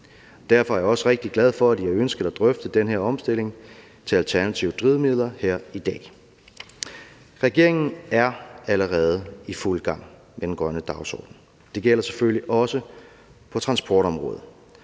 Derfor er jeg også rigtig glad for, at I har ønsket at drøfte denne omstilling til alternative drivmidler her i dag. Regeringen er allerede i fuld gang med den grønne dagsorden. Det gælder selvfølgelig også på transportområdet.